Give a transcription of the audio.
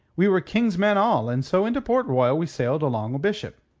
we were king's men all, and so into port royal we sailed along o' bishop.